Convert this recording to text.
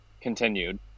continued